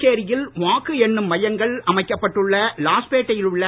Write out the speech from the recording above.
புதுச்சேரியில் வாக்கு எண்ணும் மையங்கள் அமைக்கப்பட்டுள்ள லாஸ்பேட்டையில் உள்ள